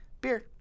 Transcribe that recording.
Beer